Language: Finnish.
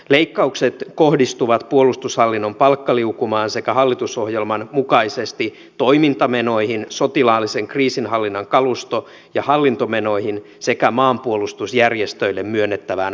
leikkaukset kohdistuvat puolustushallinnon palkkaliukumaan sekä hallitusohjelman mukaisesti toimintamenoihin sotilaallisen kriisinhallinnan kalusto ja hallintomenoihin sekä maanpuolustusjärjestöille myönnettävään valtionapuun